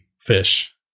fish